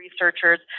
researchers